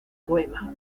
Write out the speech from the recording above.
poema